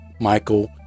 Michael